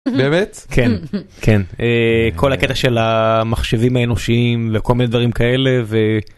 כן כן, כל הקטע של המחשבים האנושיים וכל מיני דברים כאלה.